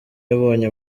yabonye